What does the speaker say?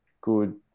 good